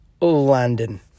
Landon